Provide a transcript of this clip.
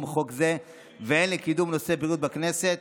חוק זה והן לקידום נושא הבריאות בכנסת.